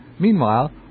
Meanwhile